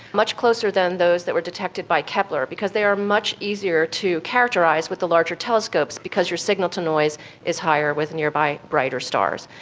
much closer than those that were detected by kepler because they are much easier to characterise with the larger telescopes because your signal-to-noise is is higher with nearby brighter stars.